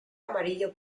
amarillo